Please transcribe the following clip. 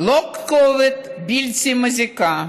לא כתובת בלתי מזיקה